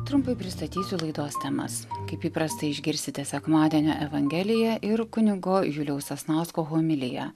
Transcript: trumpai pristatysiu laidos temas kaip įprastai išgirsite sekmadienio evangeliją ir kunigo juliaus sasnausko homiliją